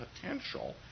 potential